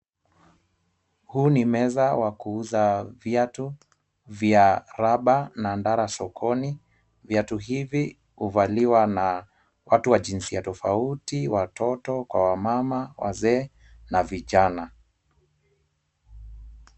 Huu ni meza wa kuuza viatu vya rubber na ndara sokoni. Viatu hivi huvaliwa na watu wa jinsia tofauti watoto kwa wamama, wazee na vijana.